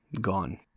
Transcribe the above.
gone